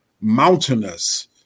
mountainous